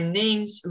names